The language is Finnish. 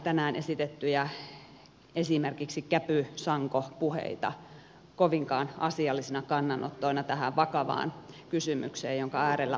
en pidä esimerkiksi täällä tänään esitettyjä käpysankopuheita kovinkaan asiallisina kannanottoina tähän vakavaan kysymykseen jonka äärellä olemme